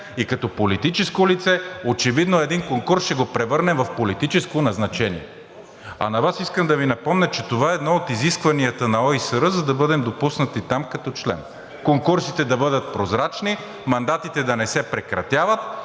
и като политическо лице очевидно един конкурс ще го превърне в политическо назначение. А на Вас искам да Ви напомня, че това е едно от изискванията на ОИСР, за да бъдем допуснати там като член – конкурсите да бъдат прозрачни, мандатите да не се прекратяват